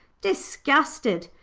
disgusted.